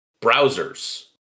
browsers